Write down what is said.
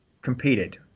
competed